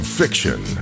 fiction